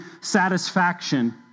satisfaction